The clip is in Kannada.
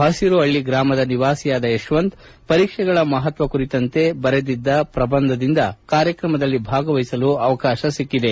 ಪಸಿರು ಹಳ್ಳ ಗ್ರಾಮದ ನಿವಾಸಿಯಾದ ಯಶವಂತ್ ಪರೀಕ್ಷೆಗಳ ಮಹತ್ವ ಕುರಿತಂತೆ ಬರೆದಿದ್ದ ಪ್ರಬಂಧದಿಂದ ಕಾರ್ಕಕ್ರಮದಲ್ಲಿ ಭಾಗವಹಿಸಲು ಅವಕಾಶ ಸಿಕ್ಕೆದೆ